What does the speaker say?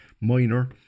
minor